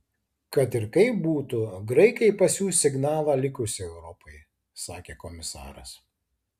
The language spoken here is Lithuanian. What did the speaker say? kad ir kaip būtų graikai pasiųs signalą likusiai europai sakė komisaras